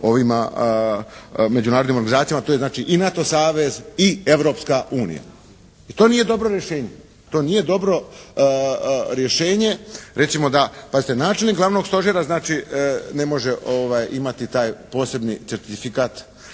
ovima međunarodnim organizacijama to je znači i NATO savez i Europska unija i to nije dobro rješenje. To nije dobro rješenje recimo da, pazite načelnik glavnog stožera znači ne može imati taj posebni certifikat,